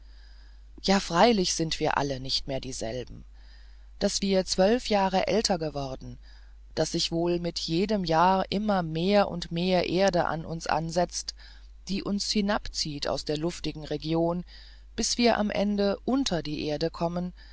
ja freilich sind wir alle nicht mehr dieselben daß wir zwölf jahre älter worden daß sich wohl mit jedem jahr immer mehr und mehr erde an uns ansetzt die uns hinab zieht aus der luftigen region bis wir am ende unter die erde kommen